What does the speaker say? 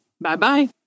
Bye-bye